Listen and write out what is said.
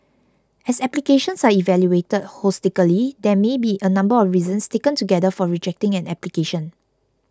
as applications are evaluated holistically there may be a number of reasons taken together for rejecting an application